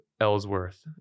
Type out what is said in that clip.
Ellsworth